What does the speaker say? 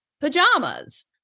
pajamas